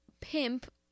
pimp